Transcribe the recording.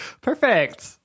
Perfect